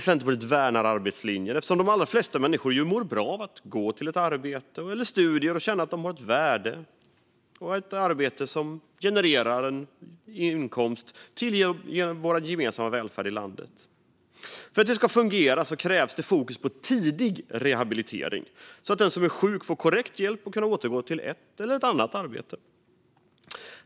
Centerpartiet värnar arbetslinjen, eftersom de flesta människor mår bra av att gå till ett arbete eller till studier och känna att de har ett värde och ett arbete som genererar inkomst och bidrar till vår gemensamma välfärd i landet. För att det ska fungera krävs ett fokus på tidig rehabilitering, så att den som är sjuk får korrekt hjälp för att kunna återgå till sitt arbete eller prova ett nytt arbete.